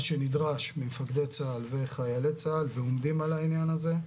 שנדרש ממפקדי צה"ל וחיילי צה"ל ועומדים על העניין הזה.